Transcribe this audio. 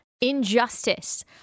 injustice